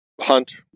hunt